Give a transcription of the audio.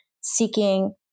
seeking